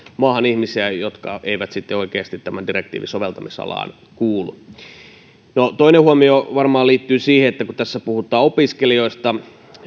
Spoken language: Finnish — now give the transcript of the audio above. maahan ihmisiä jotka eivät oikeasti tämän direktiivin soveltamisalaan kuulu toinen huomio varmaan liittyy siihen että kun tässä puhutaan opiskelijoista